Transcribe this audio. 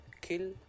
kill